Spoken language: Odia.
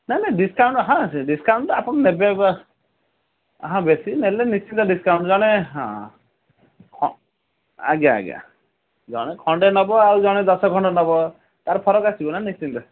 ନାଇଁ ନାଇଁ ଡିସ୍କାଉଣ୍ଟ୍ ହଁ ସେ ଡିସ୍କାଉଣ୍ଟ୍ ଆପଣ ତ ନେବେ ବା ହଁ ବେଶି ନେଲେ ନିଶ୍ଚିତ ଡିସ୍କାଉଣ୍ଟ୍ ଜଣେ ହଁ ହଁ ଆଜ୍ଞା ଆଜ୍ଞା ଜଣେ ଖଣ୍ଡେ ନେବ ଆଉ ଜଣେ ଦଶ ଖଣ୍ଡ ନବ ତା'ର ଫରକ ଆସିବନା ନିଶ୍ଚିନ୍ତ